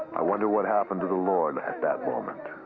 i wonder what happened to the lord at that moment?